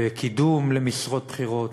בקידום למשרות בכירות.